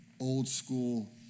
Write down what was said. old-school